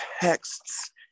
texts